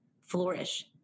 flourish